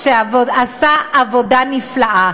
שעשה עבודה נפלאה.